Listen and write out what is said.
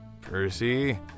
Percy